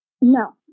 No